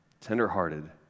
tenderhearted